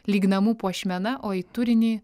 lyg namų puošmena o į turinį